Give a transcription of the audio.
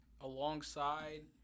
alongside